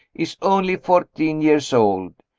is only fourteen years old.